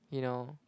you know